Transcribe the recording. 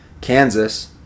Kansas